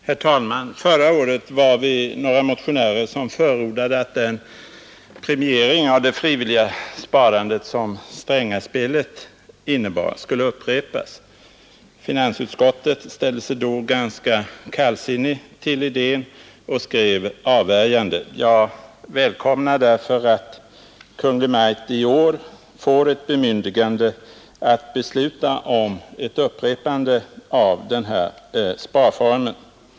Herr talman! Förra året var vi några motionärer som förordade att den premiering av det frivilliga sparandet som Strängaspelet innebar skulle upprepas. Finansutskottet ställde sig då ganska kallsinnigt till den idén och skrev avvärjande. Jag välkomnar därför att Kungl. Maj:t i år får ett bemyndigande att besluta om ett upprepande av denna sparform.